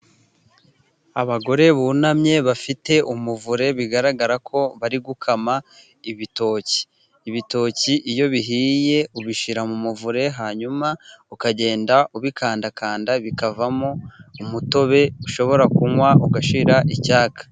Abagore bunamye bafite umuvure, bigaragara ko bari gukama ibitoki. Ibitoki iyo bihiye ubishyira mu muvure hanyuma ukagenda ubikandakanda bikavamo umutobe, ushobora kunywa ugashira icyaka.